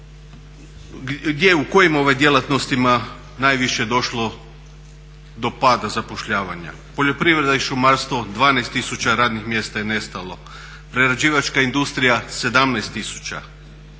u kojim djelatnostima najviše došlo do pada zapošljavanja? Poljoprivreda i šumarstvo 12 tisuća radnih mjesta je nestalo, prerađivačka industrija 17